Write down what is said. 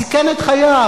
סיכן את חייו,